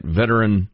veteran